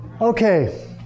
Okay